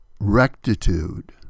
rectitude